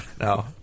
No